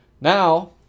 Now